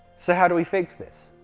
so how do we fix this?